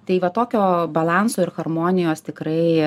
tai va tokio balanso ir harmonijos tikrai